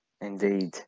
Indeed